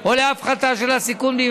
או להפחתה של הסיכון.